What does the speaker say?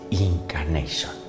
incarnation